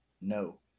No